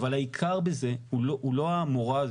אבל העיקר בזה הוא לא המורא,